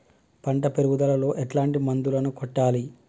పంట పెరుగుదలలో ఎట్లాంటి మందులను కొట్టాలి?